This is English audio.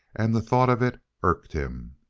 and the thought of it irked him.